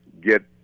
get